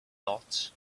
dots